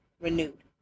renewed